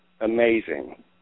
amazing